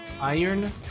Iron